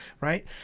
right